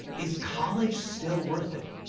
is college still worth it?